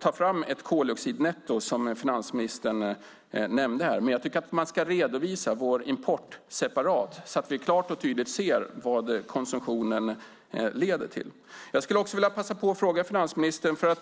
ta fram ett koldioxidnetto, som finansministern här talade om. Däremot tycker jag att man ska redovisa vår import separat så att vi klart och tydligt ser vad konsumtionen leder till. Jag skulle också vilja passa på att ställa en fråga till finansministern.